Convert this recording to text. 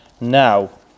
now